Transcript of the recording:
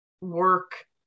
work